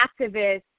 activists